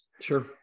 Sure